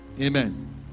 Amen